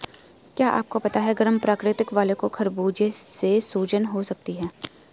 क्या आपको पता है गर्म प्रकृति वालो को खरबूजे से सूजन हो सकती है?